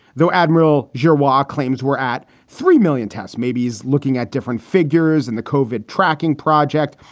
though admiral djerriwarrh ah claims were at three million tests. maybe he's looking at different figures in the kovik tracking project.